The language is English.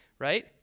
Right